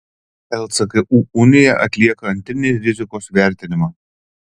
lcku unija atlieka antrinį rizikos vertinimą